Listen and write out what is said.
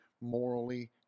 morally